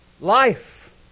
life